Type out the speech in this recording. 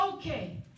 Okay